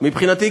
מבחינתי,